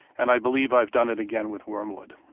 and i believe i've done it again with wormwood.